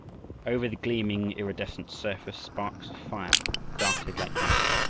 over the gleaming iridescent surface, sparks of fire darted like lightning,